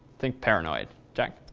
think paranoid. jack?